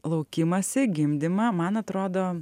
laukimąsi gimdymą man atrodo